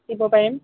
দিব পাৰিম